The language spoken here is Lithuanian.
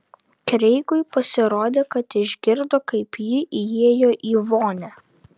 kreigui pasirodė kad išgirdo kaip ji įėjo į vonią